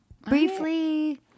Briefly